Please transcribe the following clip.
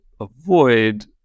avoid